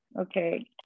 Okay